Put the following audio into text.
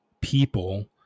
people